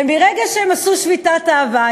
ומרגע שהן עשו שביתת אהבה,